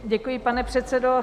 Děkuji, pane předsedo.